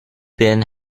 been